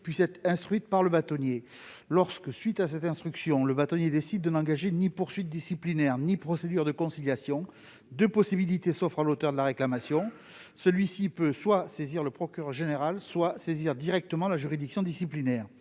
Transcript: puisse être instruite par le bâtonnier. Lorsqu'à la suite de cette instruction, le bâtonnier décide de n'engager ni poursuite disciplinaire ni procédure de conciliation, deux possibilités s'offrent à l'auteur de la réclamation : saisir soit le procureur général soit directement la juridiction disciplinaire.